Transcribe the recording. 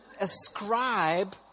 ascribe